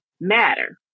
matter